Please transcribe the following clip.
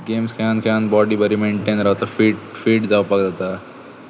games खेळून खेळून body बरी मेनटेन रावता फीट फीट जावपाक जाता